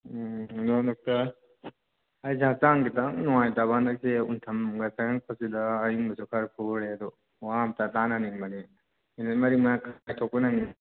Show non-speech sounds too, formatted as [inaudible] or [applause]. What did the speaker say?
ꯎꯝ [unintelligible] doctor ꯑꯩꯁꯦ ꯍꯛꯆꯥꯡ ꯈꯤꯇꯪ ꯅꯨꯡꯉꯥꯏꯇꯕ ꯍꯟꯗꯛꯁꯦ ꯎꯟꯊꯝꯒ ꯆꯪꯉꯛꯄꯁꯤꯗ ꯑꯌꯤꯡꯕꯁꯨ ꯈꯔ ꯐꯨꯔꯦ ꯑꯗꯣ ꯋꯥ ꯑꯃꯇ ꯇꯥꯅꯅꯤꯡꯕꯅꯤ ꯃꯤꯅꯤꯠ ꯃꯔꯤ ꯃꯉꯥ ꯈꯛꯇꯪ ꯀꯥꯏꯊꯣꯛꯄ [unintelligible]